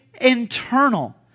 internal